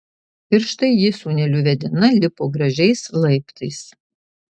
ir štai ji sūneliu vedina lipo gražiais laiptais